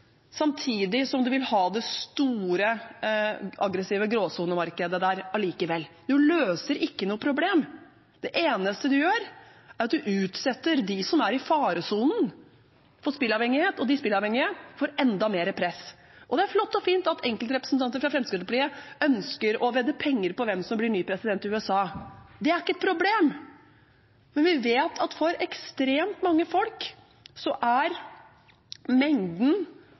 samtidig som man vil ha det store, aggressive gråsonemarkedet der allikevel. Man løser ikke noe problem. Det eneste man gjør, er at man utsetter dem som er i faresonen for spilleavhengighet og de spilleavhengige, for enda mer press. Det er flott og fint at enkeltrepresentanter fra Fremskrittspartiet ønsker å vedde penger på hvem som blir ny president i USA. Det er ikke et problem. Men vi vet at for ekstremt mange folk er mengden